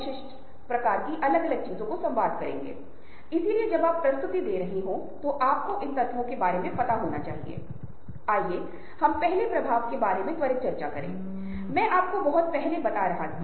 यदि आप प्रारंभिक समाजों को देख रहे हैं यदि आप इतिहास की पुस्तक देख रहे हैं तो कुछ प्रारंभिक समाजों में मानव विज्ञान की पुस्तकों में आप पाते हैं कि वे केवल सहयोग के आधार पर बच गए थे